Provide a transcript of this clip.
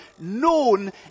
known